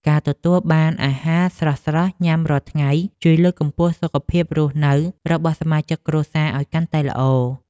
ការទទួលបានអាហារស្រស់ៗញ៉ាំរាល់ថ្ងៃជួយលើកកម្ពស់សុខភាពរស់នៅរបស់សមាជិកគ្រួសារឱ្យកាន់តែល្អ។